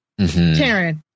Taryn